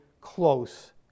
close